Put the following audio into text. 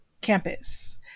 campus